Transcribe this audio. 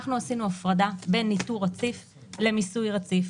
אנחנו עשינו הפרדה בין ניטור רציף ובין מיסוי רציף.